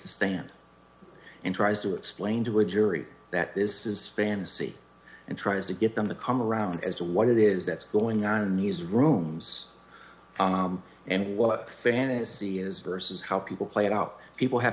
the stand and tries to explain to a jury that this is fantasy and tries to get them to come around as to what it is that's going on in news rooms and what fantasy is versus how people play it out people have